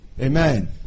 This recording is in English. Amen